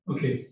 Okay